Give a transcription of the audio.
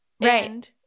Right